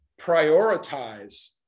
prioritize